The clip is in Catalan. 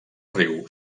riu